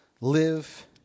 Live